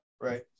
Right